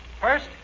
First